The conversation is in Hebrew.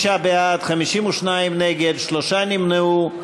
36 בעד, 52 נגד, שלושה נמנעו.